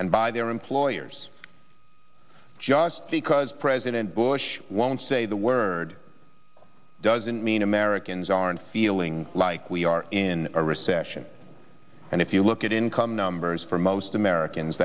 and by their employers just because president bush won't say the word doesn't mean americans aren't feeling like we are in a recession and if you look at income numbers for most americans